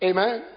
Amen